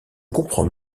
comprends